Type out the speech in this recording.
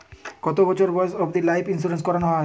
কতো বছর বয়স অব্দি লাইফ ইন্সুরেন্স করানো যাবে?